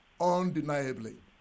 undeniably